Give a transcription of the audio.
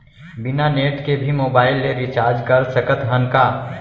बिना नेट के भी मोबाइल ले रिचार्ज कर सकत हन का?